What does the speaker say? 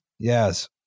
Yes